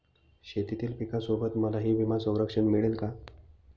शेतीतील पिकासोबत मलाही विमा संरक्षण मिळेल का?